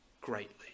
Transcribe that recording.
greatly